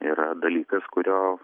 yra dalykas kurio